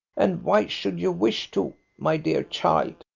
and why should you wish to, my dear child?